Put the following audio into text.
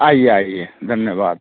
आइए आइए धन्यवाद